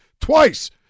twice